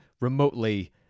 remotely